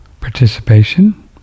participation